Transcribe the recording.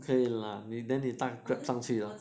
可以啦你搭 Grab 上去